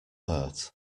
hurt